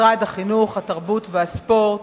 משרד החינוך, התרבות והספורט,